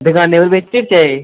दुकानें र बेची ओड़चै एह्